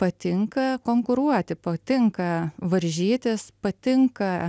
patinka konkuruoti patinka varžytis patinka